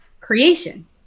creation